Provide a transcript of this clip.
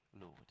Lord